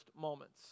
moments